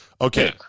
Okay